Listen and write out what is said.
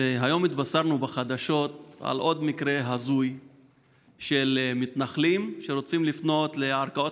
היום התבשרנו בחדשות על עוד מקרה הזוי של מתנחלים שרוצים לפנות לערכאות